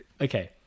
okay